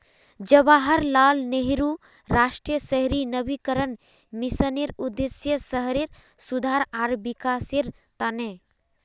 जवाहरलाल नेहरू राष्ट्रीय शहरी नवीकरण मिशनेर उद्देश्य शहरेर सुधार आर विकासेर त न